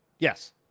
Yes